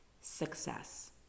success